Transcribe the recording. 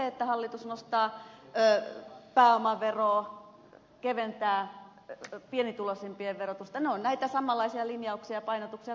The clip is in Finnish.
kun hallitus nostaa pääomaveroa keventää pienituloisimpien verotusta muun muassa ne ovat näitä samanlaisia linjauksia painotuksia kuin mitä perussuomalaisillakin on